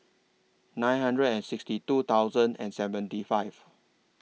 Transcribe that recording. nine hundred and sixty two thousand and seventy five